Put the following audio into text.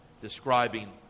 Describing